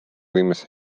võimas